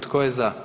Tko je za?